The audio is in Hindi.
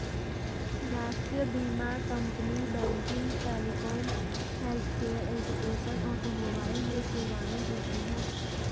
राष्ट्रीय बीमा company banking, telecom, healthcare, education, automobile में सेवाएं देती है